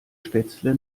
spätzle